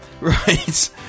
Right